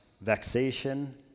vexation